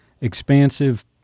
expansive